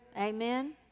Amen